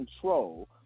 control